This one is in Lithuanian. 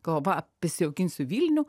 galvoju va prisijaukinsiu vilnių